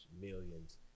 millions